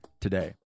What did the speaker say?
today